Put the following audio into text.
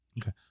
Okay